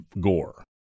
Gore